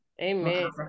amen